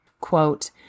Quote